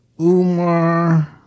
Umar